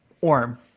Orm